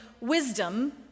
wisdom